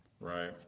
Right